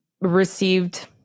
received